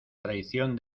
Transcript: traición